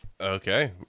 Okay